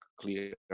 clear